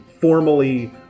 formally